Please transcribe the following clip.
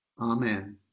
Amen